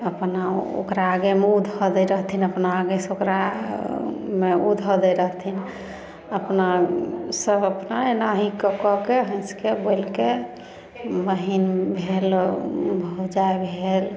अपना ओकरा आगेमे ओ धऽ दै रहथिन अपना आगे से ओकरा मे ओ धऽ दै रहथिन अपना सब अपना एनाही कऽ कऽ कए हँसीके बोलिके बहीन घेरलक भौजाइ घेर